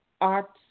Arts